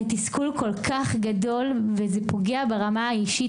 התסכול הוא כל כך גדול וזה פוגע ברמה האישית,